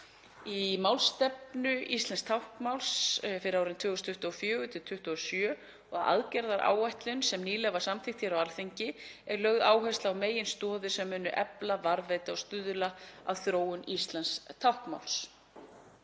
Í málstefnu íslensks táknmáls fyrir árin 2024–2027 og aðgerðaáætlun sem nýlega var samþykkt hér á Alþingi er lögð áhersla á meginstoðir sem munu efla, varðveita og stuðla að þróun íslensks táknmáls.